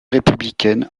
républicaine